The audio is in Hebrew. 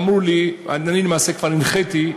אני למעשה כבר הנחיתי,